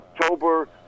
October